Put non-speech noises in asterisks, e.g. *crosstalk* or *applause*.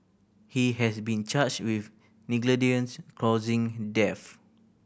he has been charged with *unintelligible* death